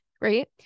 right